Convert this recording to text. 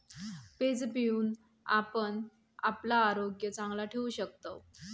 page पिऊन आपण आपला आरोग्य चांगला ठेवू शकतव